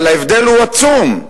אבל ההבדל הוא עצום,